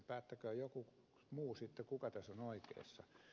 päättäköön joku muu sitten kuka tässä on oikeassa